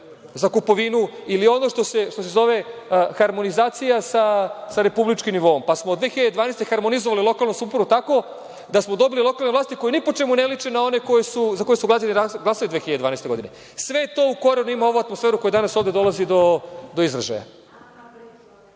za kupovinu. Ili ono što se zove harmonizacija sa republičkim nivoom, pa smo 2012. godine harmonizovali lokalnu samoupravu tako da smo dobili lokalnu vlast koja ni po čemu ne liči na onu za koju su građani glasali 2012. godine. Sve je to, da uporedim ovu atmosferu koja danas ovde dolazi do izražaja. Ima